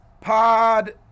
Pod